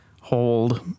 hold